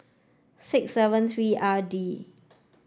six seven three R D